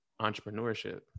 entrepreneurship